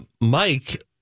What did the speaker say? Mike